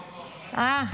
אהה,